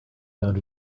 found